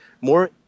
more